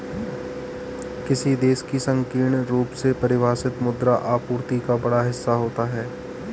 किसी देश की संकीर्ण रूप से परिभाषित मुद्रा आपूर्ति का बड़ा हिस्सा होता है